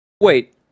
Wait